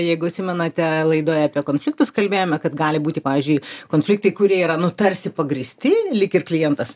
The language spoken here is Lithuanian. jeigu atsimenate laidoje apie konfliktus kalbėjome kad gali būti pavyzdžiui konfliktai kurie yra nu tarsi pagrįsti lyg ir klientas